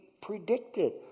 predicted